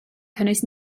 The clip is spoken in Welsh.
cynnwys